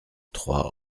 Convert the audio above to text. trois